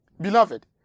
Beloved